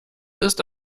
ist